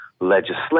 legislation